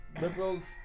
liberals